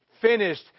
finished